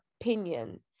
opinion